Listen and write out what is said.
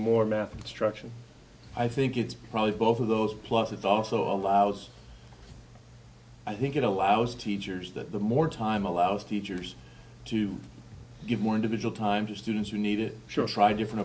more math instruction i think it's probably both of those plus it also allows i think it allows teachers that the more time allows teachers to give more individual time to students who need it sure try different